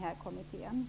som hon har gjort.